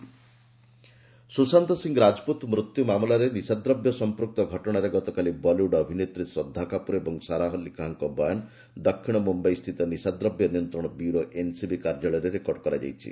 NCB Sara Shraddha Sushant Singh Rajput ମୃତ୍ୟୁ ମାମଲାରେ ନିଶାଦ୍ରବ୍ୟ ସମ୍ପୃକ୍ତ ଘଟଣାରେ ଗତକାଲି ବଲିଉଡ୍ ଅଭିନେତ୍ରୀ ଶ୍ରଦ୍ଧା କାପୁର ଓ ସାରା ଅଲ୍ଲି ଖାଁଙ୍କ ବୟାନ ଦକ୍ଷିଣ ମୁମ୍ୟାଇ ସ୍ଥିତ ନିଶା ଦ୍ରବ୍ୟ ନିୟନ୍ତ୍ରଣ ବ୍ୟୁରୋ ଏନ୍ସିବି କାର୍ଯ୍ୟାଳୟରେ ରେକର୍ଡ କରାଯାଇଛି